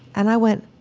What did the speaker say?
and i went,